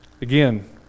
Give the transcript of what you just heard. Again